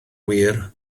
wir